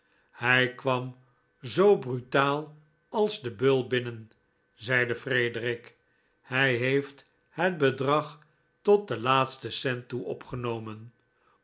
hij kwam zoo brutaal als de beul binnen zeide frederic hij heeft het bedrag tot den laatsten cent toe opgenomen